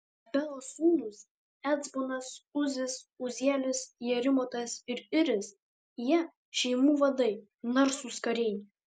belos sūnūs ecbonas uzis uzielis jerimotas ir iris jie šeimų vadai narsūs kariai